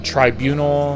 Tribunal